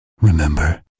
Remember